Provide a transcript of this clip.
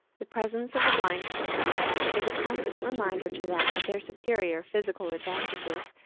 the presence of the blind children is a constant reminder to them of their superior physical advantages,